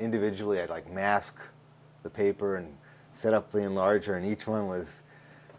individually i'd like mask the paper and set up the larger and each one was